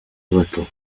little